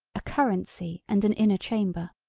a currency and an inner chamber.